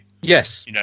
Yes